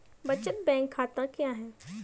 बचत बैंक खाता क्या है?